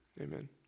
Amen